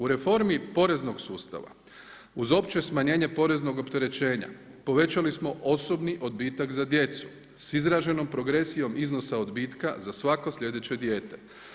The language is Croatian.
U reformi poreznog sustava uz opće smanjenje poreznog opterećenja povećali smo osobni odbitak za djecu sa izraženom progresijom iznosa odbitka za svako slijedeće dijete.